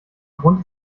grund